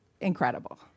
incredible